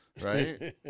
Right